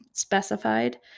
specified